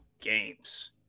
games